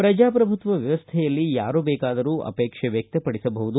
ಪ್ರಜಾಪ್ರಭುತ್ವ ವ್ಯವಸ್ಥೆಯಲ್ಲಿ ಯಾರೂ ಬೇಕಾದರೂ ಅಪೇಕ್ಷೆ ವ್ಯಕ್ತಪಡಿಸಬಹುದು